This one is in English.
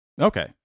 Okay